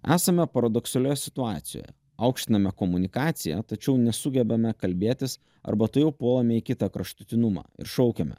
esame paradoksalioj situacijoj aukštiname komunikaciją tačiau nesugebame kalbėtis arba tuojau puolame į kitą kraštutinumą ir šaukiame